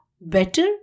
better